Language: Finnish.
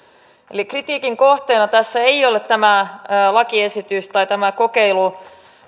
eli kritiikin kohteena tässä ei ole tämä lakiesitys tai tämä kokeilu